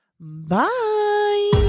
Bye